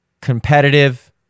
competitive